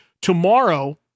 tomorrow